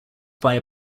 via